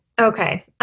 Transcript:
okay